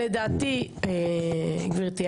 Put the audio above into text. לדעתי גברתי,